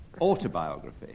autobiography